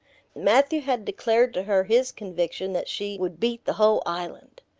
matthew had declared to her his conviction that she would beat the whole island.